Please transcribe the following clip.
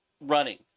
running